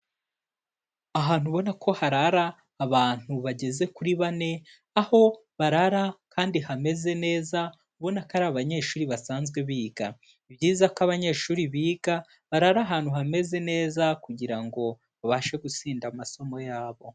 Ahantu ubona ko harara abantu bageze kuri bane, aho barara kandi hameze neza ubona ko ari abanyeshuri basanzwe biga, ni byiza ko abanyeshuri biga barara ahantu hameze neza kugira ngo babashe gutsinda amasomo yabo.